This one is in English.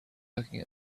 looking